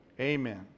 Amen